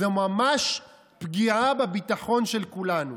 זו ממש פגיעה בביטחון של כולנו.